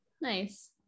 Nice